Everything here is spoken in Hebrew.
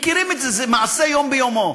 מכירים את זה, זה מעשה יום ביומו.